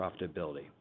profitability